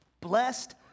Blessed